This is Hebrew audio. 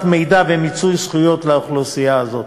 מידע ומיצוי זכויות לאוכלוסייה הזאת.